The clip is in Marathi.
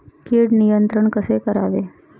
कीड नियंत्रण कसे करावे?